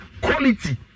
quality